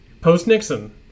post-Nixon